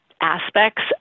aspects